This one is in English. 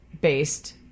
based